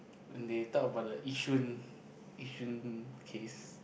they talk about the Yishun Yishun case